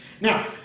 Now